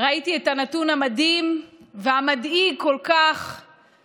ראיתי את הנתון המדהים והמדאיג כל כך